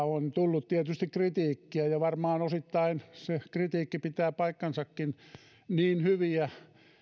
on tullut tietysti kritiikkiä ja varmaan osittain se kritiikki pitää paikkansakin niin hyviä